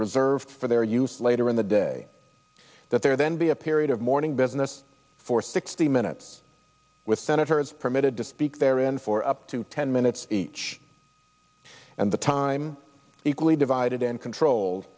reserved for their use later in the day that there then be a period of mourning business for sixty minutes with senators permitted to speak therein for up to ten minutes each and the time equally divided and control